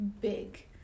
big